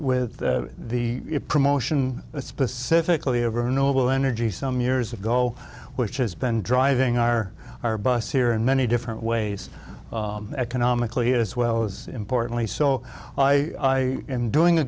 th the promotion specifically over noble energy some years ago which has been driving our our bus here in many different ways economically as well as importantly so i am doing a